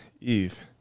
Eve